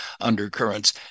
undercurrents